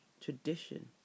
tradition